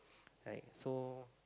right so